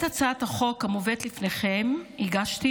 את הצעת החוק המובאת לפניכם הגשתי